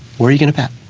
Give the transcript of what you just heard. where are you going to bet?